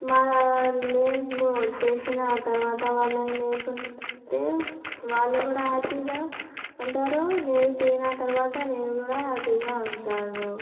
మా మేము చేసిన తర్వాత వాళ్ళని నేర్పితే వాళ్లు కూడా హ్యాపీగా ఉంటారు నేను తిన్న తరువాత నేను కూడా హ్యాపీగా ఉంటాను